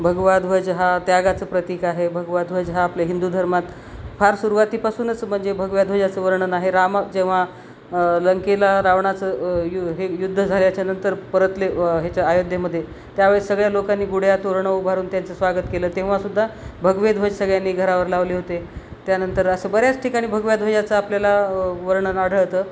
भगवा ध्वज हा त्यागाचं प्रतीक आहे भगवा ध्वज हा आपल्या हिंदू धर्मात फार सुरुवातीपासूनच म्हणजे भगव्या ध्वजाचं वर्णन आहे राम जेव्हा लंकेला रावणाचं यु हे युद्ध झाल्याच्यानंतर परतले ह्याच्या अयोध्येमध्ये त्यावेळेस सगळ्या लोकांनी गुढ्यातोरणं उभारून त्यांचं स्वागत केलं तेव्हासुद्धा भगवे ध्वज सगळ्यांनी घरावर लावले होते त्यानंतर असं बऱ्याच ठिकाणी भगव्या ध्वजाचं आपल्याला वर्णन आढळतं